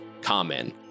common